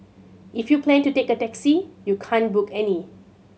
if you plan to take a taxi you can't book any